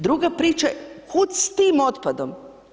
Druga priča, kud s tim otpadom?